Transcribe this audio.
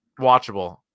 watchable